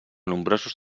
nombrosos